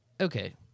okay